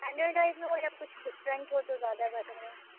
under میں ہو یا کچھ ڈفرنٹ ہو تو زیادہ بہتر ہے